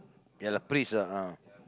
ya lah priest ah